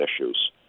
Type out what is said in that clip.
issues